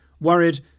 worried